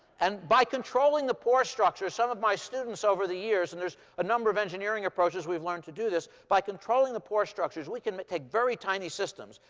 and by controlling the pore structures some of my students over the years and there's a number of engineering approaches we've learned to do this by controlling the pore structures, we can take very tiny systems.